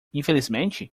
infelizmente